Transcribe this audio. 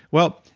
well,